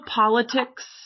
politics